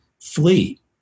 flee